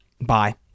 Bye